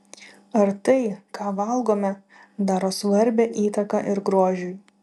ar tai ką valgome daro svarbią įtaką ir grožiui